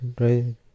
right